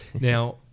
Now